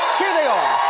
here they are.